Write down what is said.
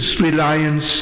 reliance